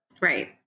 Right